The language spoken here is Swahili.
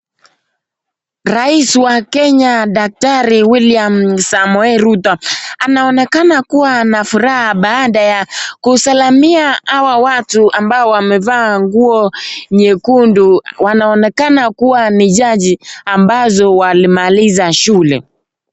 Rais wa Kenya daktari Wiliam Samoei Ruto anaonekana kuwa na furaha baada ya kusalamia hawa watu ambao wamevaa nguo nyekundu. Wanaonekana kuwa ni jaji ambazo walimaliza shule.